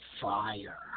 fire